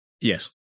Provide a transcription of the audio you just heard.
Yes